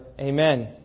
Amen